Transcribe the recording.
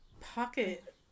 pocket